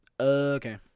Okay